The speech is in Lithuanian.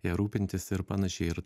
ją rūpintis ir panašiai